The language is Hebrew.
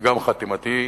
וגם חתימתי,